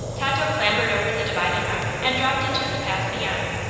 tato clambered over the dividing rock and dropped into the path beyond.